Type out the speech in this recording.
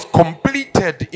completed